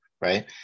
Right